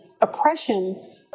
oppression